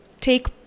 take